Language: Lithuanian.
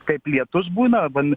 kaip lietus būna van